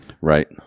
Right